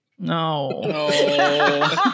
no